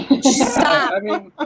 Stop